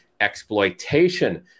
exploitation